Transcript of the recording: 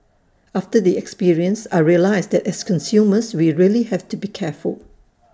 after the experience I realised that as consumers we really have to be careful